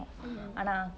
mm